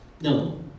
No